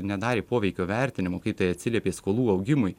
nedarė poveikio vertinimų kaip tai atsiliepė skolų augimui